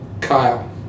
Kyle